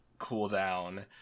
cooldown